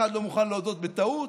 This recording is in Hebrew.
ואף אחד לא מוכן להודות בטעות.